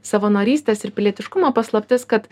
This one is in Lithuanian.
savanorystės ir pilietiškumo paslaptis kad